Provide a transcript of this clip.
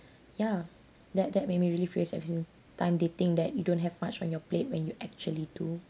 ya that that make me really furious every s~ time they think that you don't have much on your plate when you actually do